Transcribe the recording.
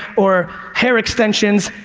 or hair extensions,